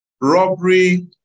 robbery